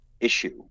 issue